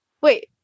wait